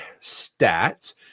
stats